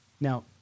Now